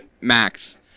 Max